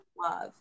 Love